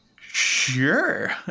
Sure